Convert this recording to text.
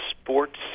sports